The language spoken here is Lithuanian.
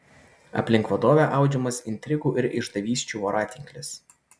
aplink valdovę audžiamas intrigų ir išdavysčių voratinklis